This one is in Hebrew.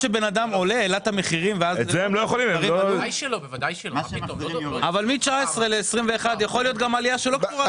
משנת 2019 עד 2021 יכולה גם להיות עליית מחירים שלא קשורה לקורונה.